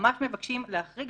מבקשים להחריג.